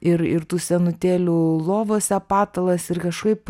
ir ir tų senutėlių lovose patalas ir kažkaip